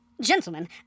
Gentlemen